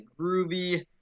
groovy